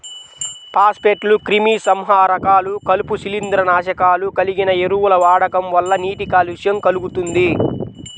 ఫాస్ఫేట్లు, క్రిమిసంహారకాలు, కలుపు, శిలీంద్రనాశకాలు కలిగిన ఎరువుల వాడకం వల్ల నీటి కాలుష్యం కల్గుతుంది